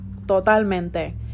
totalmente